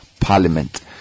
Parliament